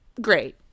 great